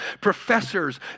professors